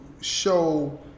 show